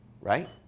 right